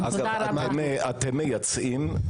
אתם מייצאים?